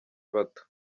bato